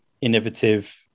innovative